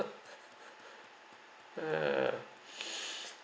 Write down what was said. uh